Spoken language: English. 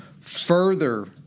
further